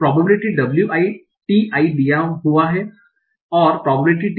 probability wi ti दिया गया है और प्रोबेबिलिटी ti